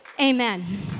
Amen